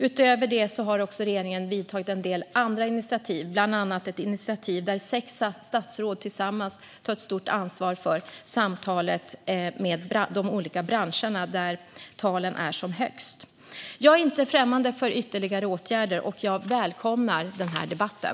Utöver detta har regeringen även tagit en del andra initiativ, bland annat ett initiativ där sex statsråd tillsammans tar ett stort ansvar för samtalet med de olika branscher där talen är som högst. Jag är inte främmande för ytterligare åtgärder, och jag välkomnar den här debatten.